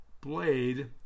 blade